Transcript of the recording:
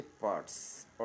parts